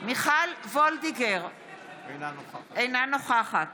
מיכל וולדיגר, אינה נוכחת